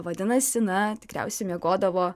vadinasi na tikriausiai miegodavo